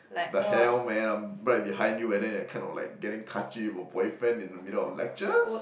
the hell man I'm right behind you and then you are kind of like getting touchy with your boyfriend in the middle of lectures